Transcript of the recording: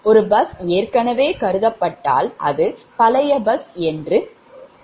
ஒரு பஸ் ஏற்கனவே கருதப்பட்டால் அது பழைய பஸ் என்று கருதப்படுகிறது